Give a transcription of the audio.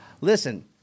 listen